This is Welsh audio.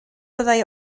fyddai